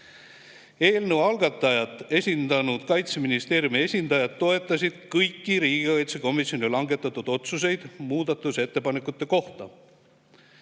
Eelnõu algatajat esindanud Kaitseministeeriumi esindajad toetasid kõiki riigikaitsekomisjoni langetatud otsuseid muudatusettepanekute kohta.